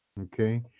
Okay